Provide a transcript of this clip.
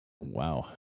Wow